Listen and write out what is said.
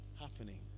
happening